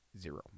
zero